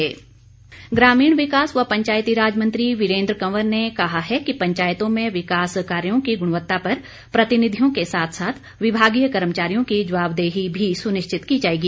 यीरेन्द्र कंवर ग्रामीण विकास व पंचायती राज मंत्री यीरेन्द्र कंयर ने कहा है कि पंचायतों में विकास कार्यो की गुणवत्ता पर प्रतिनिधियों के साथ साथ विमागीय कर्मचारियों की जयाबदेही भी सुनिश्चित की जाएगी